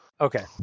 Okay